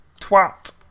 twat